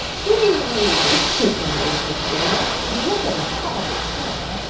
oh it's gonna be interesting. if you look at the top of the can,